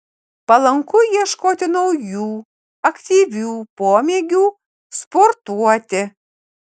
palanku ieškoti naujų aktyvių pomėgių sportuoti